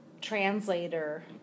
translator